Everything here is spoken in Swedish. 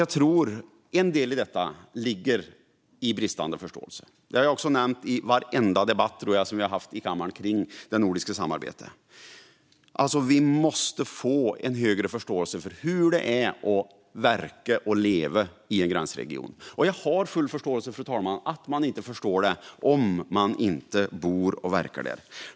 Jag tror att en av förklaringarna är bristande förståelse, vilket jag nämnt i varenda kammardebatt om det nordiska samarbetet. Vi måste få en högre förståelse för hur det är att leva och verka i en gränsregion. Jag har full förståelse för att man inte förstår detta om man inte bor och verkar där.